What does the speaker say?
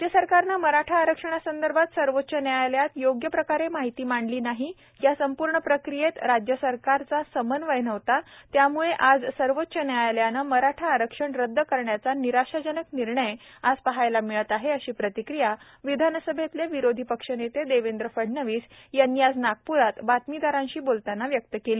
राज्य सरकारनं मराठा आरक्षणासंदर्भात सर्वोच्चन्यायालयातयोग्य प्रकारे माहिती मांडली नाही या संपूर्ण प्रक्रियेत राज्य सरकारचा समन्वय नव्हतात्यामुळे आज सर्वोच्च न्यायालयानं मराठा आरक्षण रद्द करण्याचा निराशाजनक निर्णय आज पाहायला मिळत आहे अशी प्रतिक्रिया विधानसभेतले विरोधी पक्षनेते देवेंद्र फडणवीस यांनी आज नागपूरात बातमीदारांशी बोलतांना व्यक्त केली